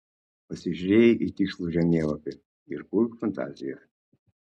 pasižiūrėjai į tikslų žemėlapį ir kurk fantazijas